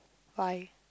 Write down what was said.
why